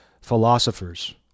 philosophers